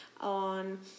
on